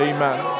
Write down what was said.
Amen